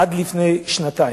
עד לפני שנתיים.